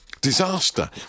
Disaster